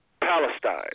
Palestine